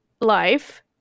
life